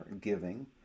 giving